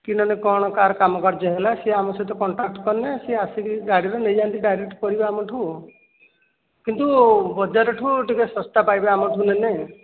କି ନହେଲେ କ'ଣ କାହାର କାମକାର୍ଯ୍ୟ ହେଲା ସିଏ ଆମ ସହିତ କଣ୍ଟାକ୍ଟ କଲେ ସିଏ ଆସିକି ଗାଡ଼ିରେ ନେଇଯାଆନ୍ତି ଡାଇରେକ୍ଟ ପରିବା ଆମଠୁ କିନ୍ତୁ ବଜାରଠୁ ଟିକିଏ ଶସ୍ତା ପାଇବେ ଆମଠୁ ନେଲେ